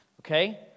okay